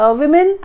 women